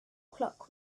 clock